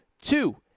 Two